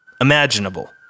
imaginable